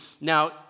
now